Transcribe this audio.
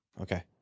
Okay